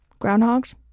Groundhogs